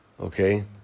okay